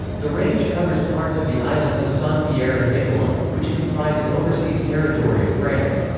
the range covers parts of the islands of saint pierre and miquelon, which comprise an overseas territory of france.